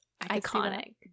Iconic